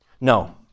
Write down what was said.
No